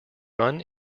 run